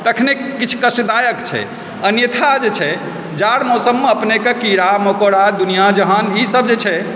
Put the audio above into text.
तखने किछु कष्टदायक छै अन्यथा जे छै जाड़ मौसममे अपनेके कीड़ा मकोड़ा दुनिआँ जहान ई सब जे छै